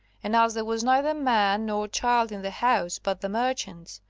and as there was neither man nor child in the house but the merchants,